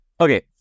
Okay